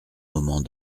moments